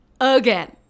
again